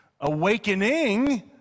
Awakening